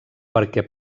perquè